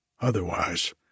Otherwise